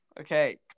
Okay